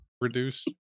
reduce